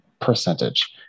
percentage